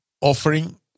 offering